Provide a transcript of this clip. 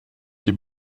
die